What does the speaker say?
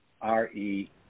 R-E